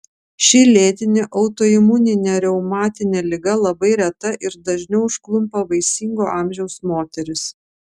ši lėtinė autoimuninė reumatinė liga labai reta ir dažniau užklumpa vaisingo amžiaus moteris